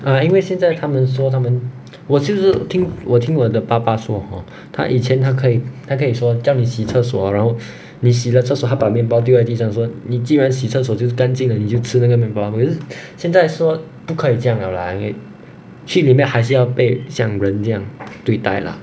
!aiya! 因为现在他们说他们我就是听我听我的爸爸说 hor 他以前他可以他可以说叫你洗厕所哦然后你洗了厕所他把面包丢在地上说你既然洗厕所就干净了你就吃那个面包可是现在说不可以这样了啦因为去里面还是要被像人这样对待啦